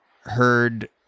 heard